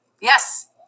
Yes